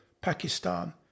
Pakistan